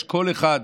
כל אחד,